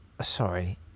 Sorry